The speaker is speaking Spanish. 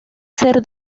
ser